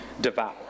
devour